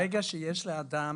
ברגע שיש לאדם